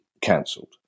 cancelled